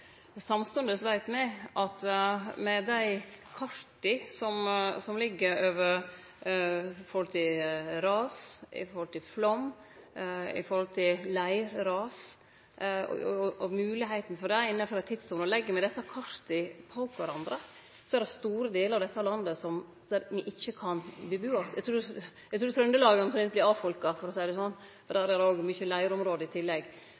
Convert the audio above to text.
Samstundes veit me at med dei karta som ligg i forhold til ras, i forhold til flaum, i forhold til leirras og moglegheita for det innanfor eit tidsrom, at legg me desse karta på kvarandre, er det store delar av dette landet der ein ikkje kan bu. Eg trur Trøndelag omtrent vert avfolka, for å seie det sånn, for der er det òg mykje leirområde i tillegg.